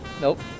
Nope